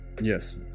Yes